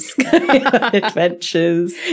Adventures